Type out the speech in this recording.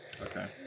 Okay